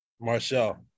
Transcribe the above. Marshall